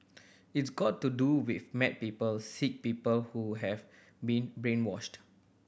it's got to do with mad people sick people who have been brainwashed